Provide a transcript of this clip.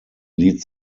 lead